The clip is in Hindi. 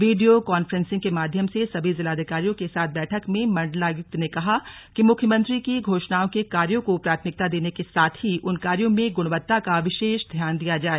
वीडियो कान्फ्रेंसिग के माध्यम से सभी जिलाधिकारियों के साथ बैठक में मंडलायुक्त ने कहा कि मुख्यमंत्री की घोषणाओं के कार्यो को प्राथमिकता देने के साथ ही उन कार्यों में गुणवत्ता का विशेष ध्यान दिया जाए